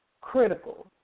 critical